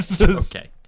Okay